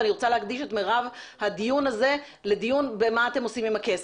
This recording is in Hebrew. ואני רוצה להקדיש את מרב הדיון הזה לדיון במה אתם עושים עם הכסף.